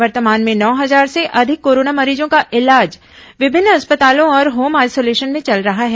वर्तमान में नौ हजार से अधिक कोरोना मरीजों का इलाज विभिन्न अस्पतालों और होम आइसोलेशन में चल रहा है